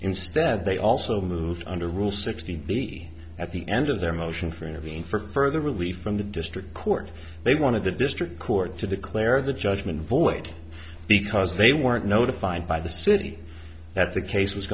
instead they also moved under rule sixteen be at the end of their motion for intervene for further relief from the district court they wanted the district court to declare the judgment void because they weren't notified by the city that the case was